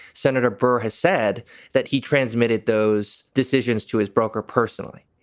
senator burr has said that he transmitted those decisions to his broker personally.